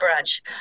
Brunch